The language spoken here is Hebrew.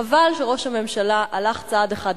חבל שראש הממשלה הלך צעד אחד נוסף.